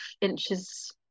inches